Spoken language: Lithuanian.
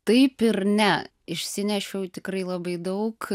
taip ir ne išsinešiau tikrai labai daug